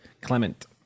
Clement